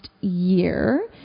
year